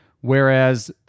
whereas